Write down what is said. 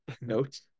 note